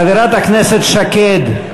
חברת הכנסת שקד,